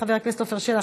חבר הכנסת עפר שלח,